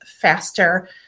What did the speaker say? faster